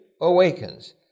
awakens